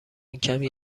کمی